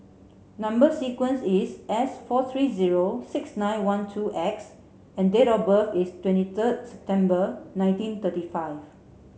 number sequence is S four three zero six nine one two X and date of birth is twenty third September nineteen thirty five